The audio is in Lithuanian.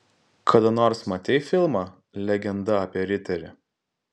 kada nors matei filmą legenda apie riterį